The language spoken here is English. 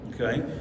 okay